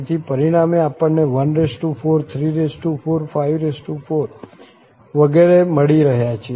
તેથી પરિણામે આપણને 143454 વગેરે મળી રહ્યા છે